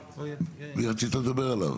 על מי רצית לדבר?